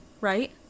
right